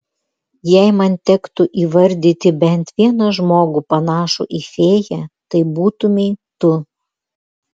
jei man tektų įvardyti bent vieną žmogų panašų į fėją tai būtumei tu